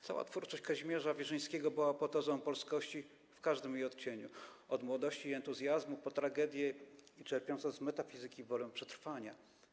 Cała twórczość Kazimierza Wierzyńskiego była apoteozą polskości w każdym jej odcieniu: od młodości i entuzjazmu po tragedię i czerpiącą z metafizyki wolę przetrwania.